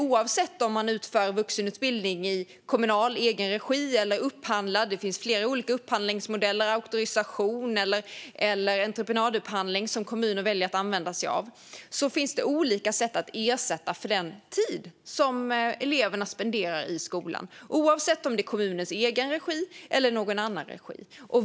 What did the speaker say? Oavsett om man utför vuxenutbildning i kommunal egenregi eller genom upphandling - kommuner väljer att använda sig av flera olika upphandlingsmodeller, såsom auktorisation eller entreprenadupphandling - finns det olika sätt att ersätta för den tid som eleverna spenderar i skolan.